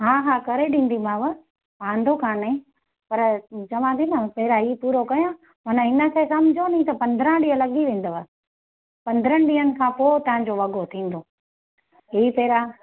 हा हा करे ॾींदीमाव वांदो कोन्हे पर चवां थी न पहिरां हीअ पूरो कयां मन हिनखे सम्झो नी त पंद्राहं ॾींहं लॻी वेंदव पंद्रनि ॾींहंनि खां पोइ तव्हांजो वॻो थींदो हीअ पहिरां